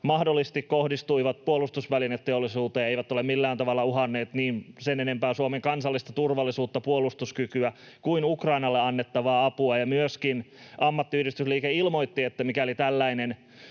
mahdollisesti ovat kohdistuneet puolustusvälineteollisuuteen, eivät ole millään tavalla uhanneet sen enempää Suomen kansallista turvallisuutta, puolustuskykyä kuin Ukrainalle annettavaa apua. Ja myöskin ammattiyhdistysliike ilmoitti, että mikäli tällainen